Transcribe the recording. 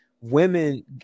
women